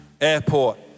Airport